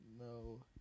No